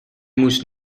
moest